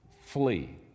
flee